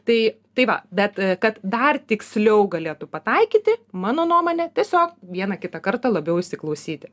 tai tai va bet kad dar tiksliau galėtų pataikyti mano nuomone tiesiog vieną kitą kartą labiau įsiklausyti